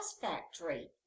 factory